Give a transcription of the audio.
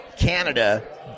canada